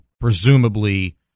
presumably